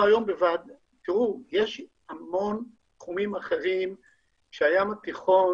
יש המון תחומים אחרים שהים התיכון